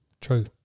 True